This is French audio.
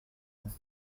ans